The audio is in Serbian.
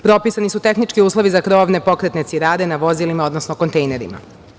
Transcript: Propisani su tehnički uslovi za krovne pokretne cirade na vozilima, odnosno kontejnerima.